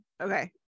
okay